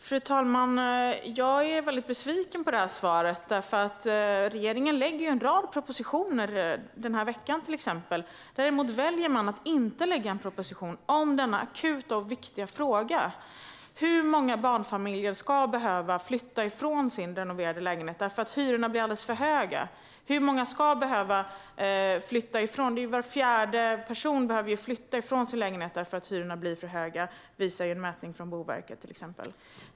Fru talman! Jag är mycket besviken på detta svar. Regeringen lägger fram en rad propositioner till exempel denna vecka. Däremot väljer man att inte lägga fram en proposition om denna akuta och viktiga fråga. Hur många barnfamiljer och andra ska behöva flytta från sin renoverade lägenhet därför att hyrorna blir alldeles för höga? Var fjärde person behöver flytta från sin lägenhet därför att hyrorna blir för höga, visar till exempel en mätning från Boverket.